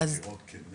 אז